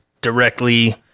directly